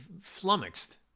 flummoxed